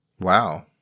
wow